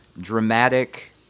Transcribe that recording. dramatic